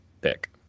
pick